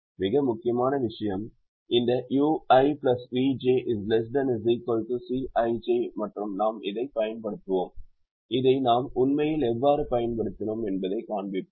மிக முக்கியமான விஷயம் இந்த ui vj ≤ Cij மற்றும் நாம் இதைப் பயன்படுத்துவோம் இதை நாம் உண்மையில் எவ்வாறு பயன்படுத்தினோம் என்பதைக் காண்பிப்போம்